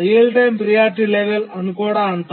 real time priority level అని కూడా అంటారు